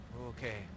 Okay